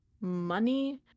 money